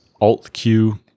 Alt-Q